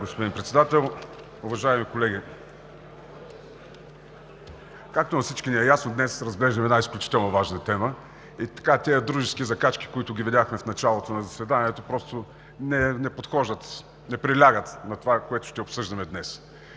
Ви, господин Председател. Уважаеми колеги! Както на всички ни е ясно, днес разглеждаме една изключително важна тема и тези дружески закачки, които видяхме в началото на заседанието, не подхождат, не прилягат на това, което ще обсъждаме днес.